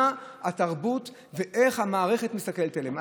מה התרבות ואיך המערכת מסתכלת עליהם?